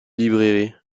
librairies